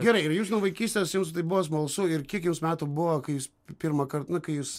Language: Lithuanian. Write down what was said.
gerai ir jūs nuo vaikystės jums tai buvo smalsu ir kiek jums metų buvo kai jūs pirmąkart kai jūs